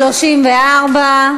34,